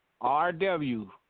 RW